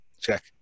Check